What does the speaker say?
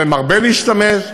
שמרבה להשתמש,